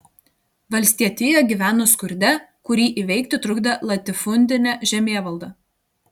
valstietija gyveno skurde kurį įveikti trukdė latifundinė žemėvalda